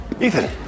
Ethan